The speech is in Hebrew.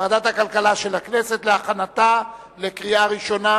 של הכנסת להכנתה לקריאה ראשונה,